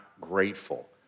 grateful